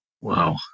Wow